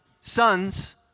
sons